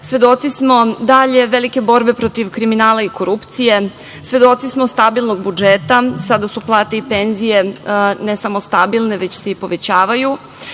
Svedoci smo velike borbe protiv kriminala i korupcije, svedoci smo stabilnog budžeta, sada su plate i penzije ne samo stabilne, već se i povećavaju,